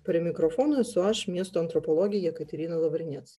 prie mikrofono esu aš miesto antropologė jekaterina lavrinec